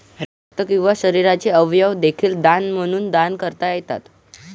रक्त किंवा शरीराचे अवयव देखील दान म्हणून दान करता येतात